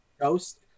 Ghost